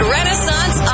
Renaissance